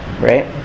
Right